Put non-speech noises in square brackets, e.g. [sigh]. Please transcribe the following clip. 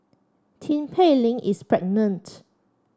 Tin Pei Ling is [unintelligible]